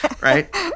right